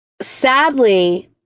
sadly